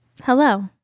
Hello